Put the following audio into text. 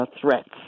threats